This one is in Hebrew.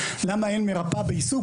למה אין מרפאה בעיסוק,